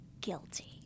guilty